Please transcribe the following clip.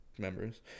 members